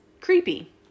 creepy